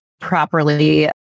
properly